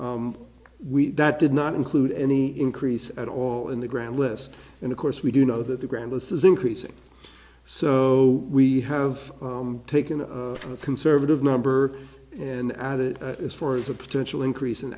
four that did not include any increase at all in the grand list and of course we do know that the grand list is increasing so we have taken a conservative number and add it as far as a potential increase an